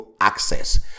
access